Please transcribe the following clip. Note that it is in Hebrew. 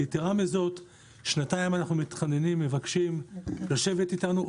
שנתיים אנחנו מתחננים, מבקשים שישבו איתנו.